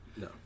No